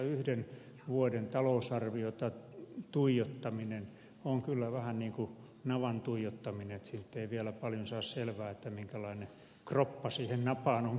yhden vuoden talousarvion tuijottaminen on kyllä vähän niin kuin navan tuijottaminen että siitä ei vielä paljon saa selvää minkälainen kroppa siihen napaan on kiinnittynyt